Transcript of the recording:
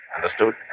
Understood